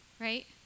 Right